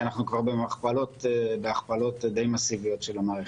כי אנחנו כבר בהכפלות די מסיביות של המערכת.